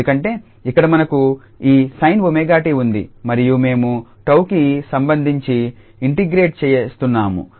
ఎందుకంటే ఇక్కడ మనకు ఈ sin𝜔𝑡 ఉంది మరియు మేము 𝜏కి సంబంధించి ఇంటిగ్రేట్ చేస్తున్నాము